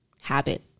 habit